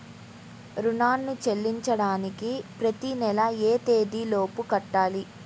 రుణాన్ని చెల్లించడానికి ప్రతి నెల ఏ తేదీ లోపు కట్టాలి?